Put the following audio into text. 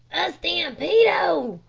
a stampedo!